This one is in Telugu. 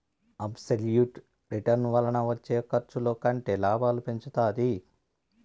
అబ్సెల్యుట్ రిటర్న్ వలన వచ్చే ఖర్చుల కంటే లాభాలను పెంచుతాది